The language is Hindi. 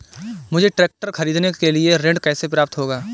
मुझे ट्रैक्टर खरीदने के लिए ऋण कैसे प्राप्त होगा?